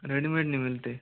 readymade नहीं मिलते